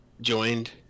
joined